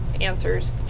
answers